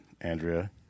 Andrea